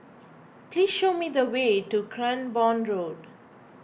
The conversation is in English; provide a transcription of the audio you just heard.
please show me the way to Cranborne Road